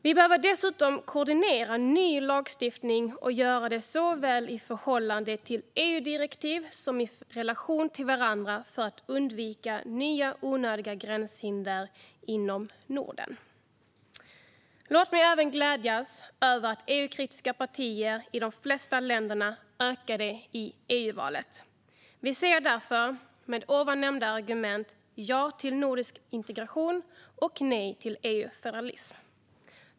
Vi behöver dessutom koordinera ny lagstiftning och göra detta såväl i förhållande till EU-direktiv som i relation till varandra för att undvika nya onödiga gränshinder inom Norden. Låt mig även glädjas över att EU-kritiska partier ökade i EU-valet i de flesta länder. Vi säger därför, med ovannämnda argument, ja till nordisk integration och nej till EU-federalism.